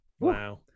Wow